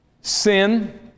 sin